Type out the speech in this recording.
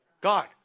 God